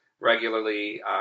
regularly